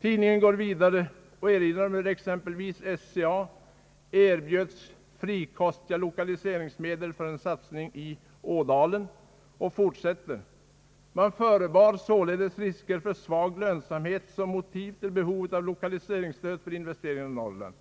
Tidskriften går vidare och erinrar om hur exempelvis SCA erbjöds frikostiga lokaliseringsmedel för en satsning i Ådalen, och man fortsätter: »Man förebar således risker för svag lönsamhet som motiv till behovet av lokaliseringsstöd vid investeringar i Norrland.